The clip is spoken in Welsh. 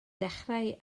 dechrau